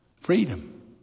freedom